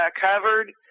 covered